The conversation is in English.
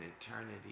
eternity